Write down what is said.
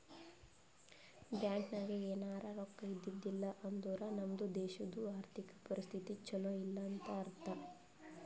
bank ನಾಗ್ ಎನಾರೇ ರೊಕ್ಕಾ ಇದ್ದಿದ್ದಿಲ್ಲ ಅಂದುರ್ ನಮ್ದು ದೇಶದು ಆರ್ಥಿಕ್ ಪರಿಸ್ಥಿತಿ ಛಲೋ ಇಲ್ಲ ಅಂತ ಅರ್ಥ